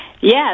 Yes